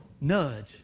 nudge